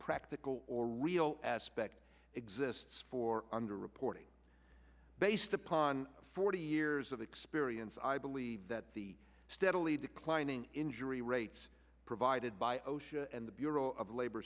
practical or real aspect exists for underreporting based upon forty years of experience i believe that the steadily declining injury rates provided by osha and the bureau of labor